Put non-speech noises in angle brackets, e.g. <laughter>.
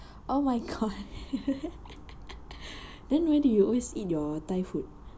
oh my god <laughs> then where do you always eat your thai food